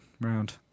round